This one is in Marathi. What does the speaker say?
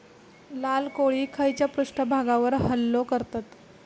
लाल कोळी खैच्या पृष्ठभागावर हल्लो करतत?